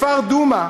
בכפר דומא,